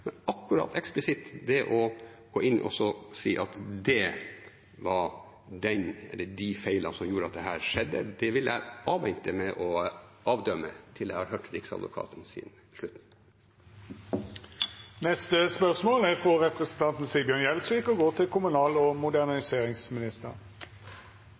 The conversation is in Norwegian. Men når det gjelder akkurat det å gå inn og si eksplisitt at det var den feilen eller de feilene som gjorde at dette skjedde, vil jeg avvente med å bedømme det til jeg har hørt Riksadvokatens slutning. «Dagens regjering har gjennomført en rekke sentraliseringsreformer, blant annet gjennom tvangssammenslåing av kommuner og fylker. Skedsmo, Sørum og